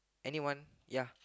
anyone ya